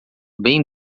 bem